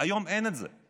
היום אין את זה.